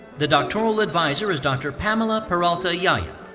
the doctoral advisor is dr. pamela peralta-yahya.